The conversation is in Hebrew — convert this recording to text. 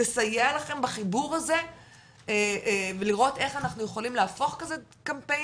תסייע לכם בחיבור הזה ולראות איך אנחנו יכולים להפוך כזה קמפיין